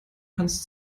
hans